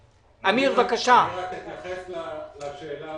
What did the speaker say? אני אתייחס לשאלה.